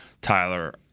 Tyler